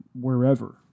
wherever